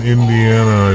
Indiana